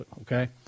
okay